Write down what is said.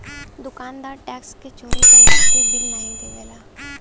दुकानदार टैक्स क चोरी करे खातिर बिल नाहीं देवला